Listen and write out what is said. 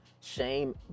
shame